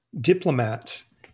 diplomats